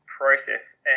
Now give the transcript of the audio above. process